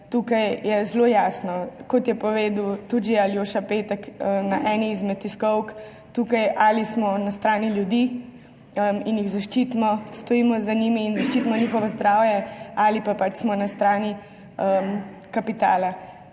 tukaj zelo jasno, kot je povedal tudi že Aljoša Petek na eni izmed tiskovk, ali smo na strani ljudi in jih zaščitimo, stojimo za njimi in zaščitimo njihovo zdravje ali pa smo pač na strani kapitala.